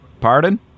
Pardon